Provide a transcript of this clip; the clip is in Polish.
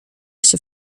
się